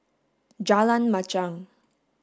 Jalan Machang